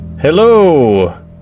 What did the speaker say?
Hello